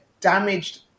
damaged